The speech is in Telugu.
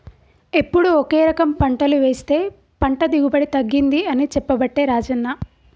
ఎప్పుడు ఒకే రకం పంటలు వేస్తె పంట దిగుబడి తగ్గింది అని చెప్పబట్టే రాజన్న